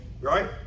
right